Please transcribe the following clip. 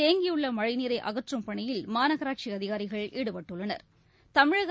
தேங்கியுள்ளமழைநீரைஅகற்றும் பணியில் மாநகராட்சிஅதிகாரிகள் ஈடுபட்டுள்ளனா்